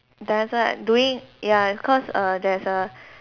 there's like doing ya because err there's a